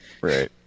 right